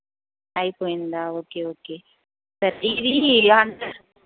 అయిపోయిందా okay okay బయట ఇది ఇలా అంటే